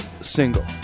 single